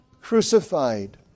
crucified